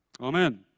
Amen